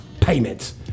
payments